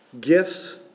Gifts